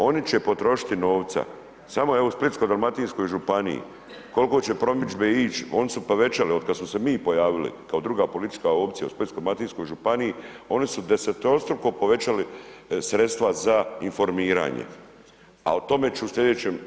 Oni će potrošiti novca samo evo u Splitsko-dalmatinsko županiji kolko će promidžbe ić oni su povećali od kad smo se mi pojavili kao druga politička opcija u Splitsko-dalmatinskoj županiji, oni su deseterostruko povećali sredstva za informiranje, a o tome ću u slijedećem.